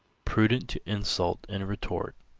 prudent insult in retort.